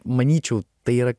manyčiau tai yra